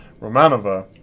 Romanova